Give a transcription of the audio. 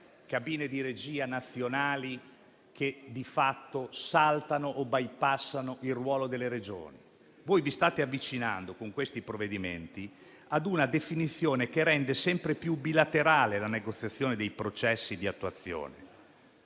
cabine di regia nazionali, che di fatto saltano o bypassano il ruolo delle Regioni. Voi vi state avvicinando, con questi provvedimenti, ad una definizione che rende sempre più bilaterale la negoziazione dei processi di attuazione.